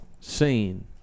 seen